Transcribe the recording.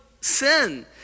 sin